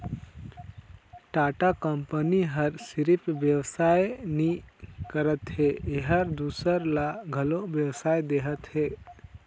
Tata company ह सिरिफ बेवसाय नी करत हे एहर दूसर ल घलो बेवसाय देहत हे